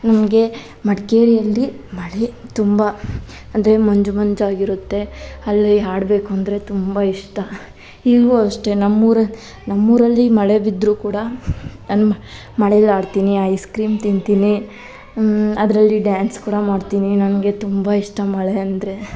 ನಮಗೆ ಮಡಿಕೇರಿಯಲ್ಲಿ ಮಳೆ ತುಂಬ ಅಂದರೆ ಮಂಜು ಮಂಜಾಗಿರುತ್ತೆ ಅಲ್ಲಿ ಹಾಡಬೇಕು ಅಂದರೆ ತುಂಬ ಇಷ್ಟ ಈಗಲೂ ಅಷ್ಟೆ ನಮ್ಮ ಉರ್ ನಮ್ಮ ಊರಲ್ಲಿ ಮಳೆ ಬಿದ್ದರೂ ಕೂಡ ನಾನು ಮ ಮಳೆಯಲ್ಲಿ ಆಡ್ತೀನಿ ಐಸ್ ಕ್ರೀಮ್ ತಿಂತೀನಿ ಅದರಲ್ಲಿ ಡಾನ್ಸ್ ಕೂಡ ಮಾಡ್ತೀನಿ ನನಗೆ ತುಂಬ ಇಷ್ಟ ಮಳೆ ಅಂದರೆ